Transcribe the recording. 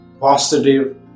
positive